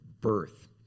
birth